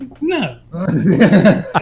no